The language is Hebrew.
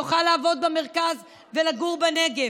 יוכל לעבוד במרכז ולגור בנגב.